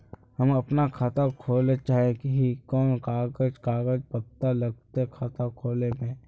हम अपन खाता खोले चाहे ही कोन कागज कागज पत्तार लगते खाता खोले में?